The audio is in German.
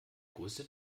größte